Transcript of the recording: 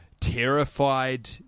Terrified